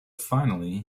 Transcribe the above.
finally